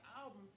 album